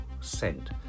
scent